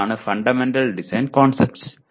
അതാണ് fundamental design concepts